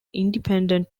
independent